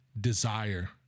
desire